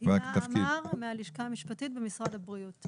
הלשכה המשפטית במשרד הבריאות.